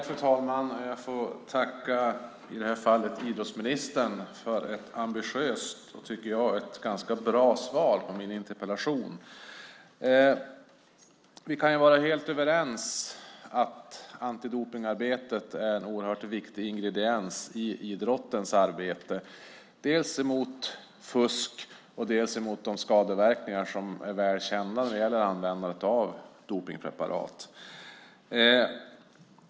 Fru talman! Jag får i det här fallet tacka idrottsministern för ett ambitiöst och ganska bra svar på min interpellation. Vi kan vara helt överens om att antidopningsarbetet är en viktig ingrediens i idrottens arbete mot fusk och de skadeverkningar som är väl kända när det gäller användandet av dopningspreparat.